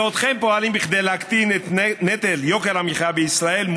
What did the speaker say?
בעודכם פועלים להקטין את נטל יוקר המחיה בישראל,